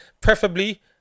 preferably